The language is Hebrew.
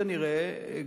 כנראה,